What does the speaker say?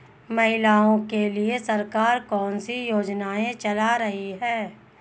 महिलाओं के लिए सरकार कौन सी योजनाएं चला रही है?